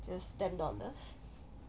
just ten dollars